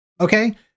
Okay